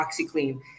OxyClean